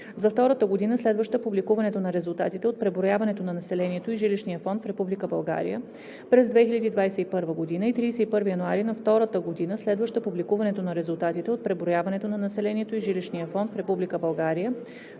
„за втората година, следваща публикуването на резултатите от преброяването на населението и жилищния фонд в